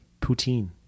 Poutine